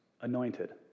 anointed